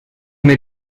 mir